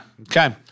Okay